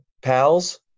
pals